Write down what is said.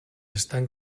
estan